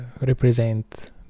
represent